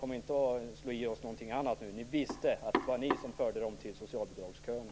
Kom inte och slå i oss någonting annat! Ni visste att ni förde människor till socialbidragsköerna.